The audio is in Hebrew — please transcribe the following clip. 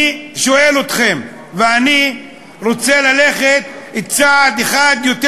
ואני רוצה ללכת צעד אחד יותר